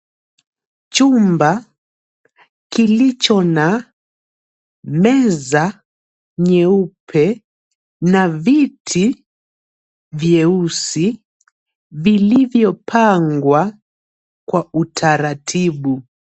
Chumba kilicho na meza nyeupe na viti vyeusi vilivyopangwa kwa utaratibu.